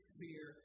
fear